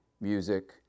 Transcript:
music